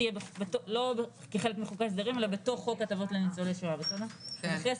לא בגלל השואה אנחנו צריכים